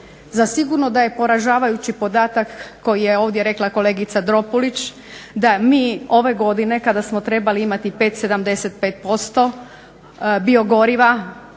Zasigurno da je poražavajući podatak koji je ovdje rekla kolegica Dropulić da mi ove godine kada smo trebali imati 5,75% biogoriva